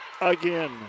again